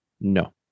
No